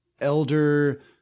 elder